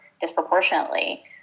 disproportionately